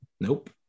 nope